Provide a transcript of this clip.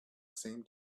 seem